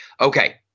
Okay